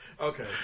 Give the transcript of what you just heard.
Okay